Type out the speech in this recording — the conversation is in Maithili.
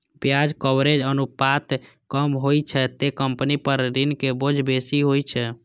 ब्याज कवरेज अनुपात कम होइ छै, ते कंपनी पर ऋणक बोझ बेसी होइ छै